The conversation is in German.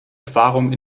erfahrung